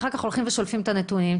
אחר כך הולכים ושולפים את הנתונים.